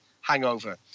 hangover